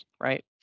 right